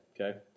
okay